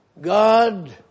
God